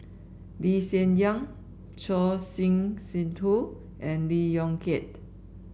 Lee Hsien Yang Choor Singh Sidhu and Lee Yong Kiat